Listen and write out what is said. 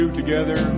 together